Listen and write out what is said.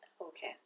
Okay